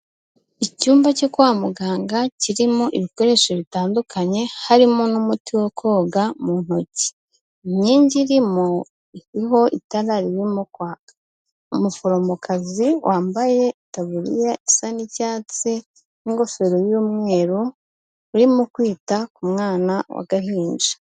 Icyumba cyo kwa muganga kirimo ibikoresho bitandukanye, harimo n'umuti wo koga mu ntoki. Inkingi irimo, iriho itara ririmo kwaka. Umuforomokazi wambaye taburiya isa n'icyatsi n'ingofero y'umweru, urimo kwita ku mwana w'agahinja.